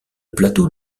plateau